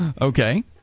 Okay